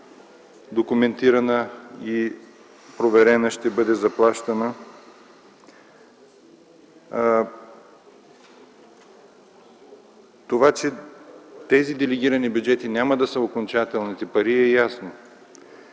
документирана и проверена, ще бъде заплащана, това, че тези делегирани бюджети няма да са окончателните пари, е ясно.